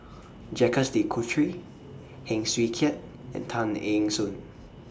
Jacques De Coutre Heng Swee Keat and Tay Eng Soon